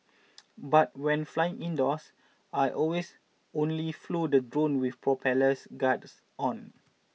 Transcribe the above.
but when flying indoors I always only flew the drone with propellers guards on